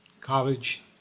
College